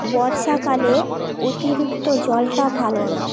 বর্ষাকালে অতিরিক্ত জলটা ভালো না